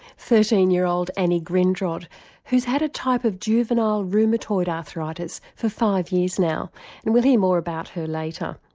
thirteen year old annie grindrod who's had a type of juvenile rheumatoid arthritis for five years now and we'll hear more about her later.